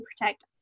protect